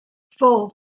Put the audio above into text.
four